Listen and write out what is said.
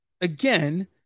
again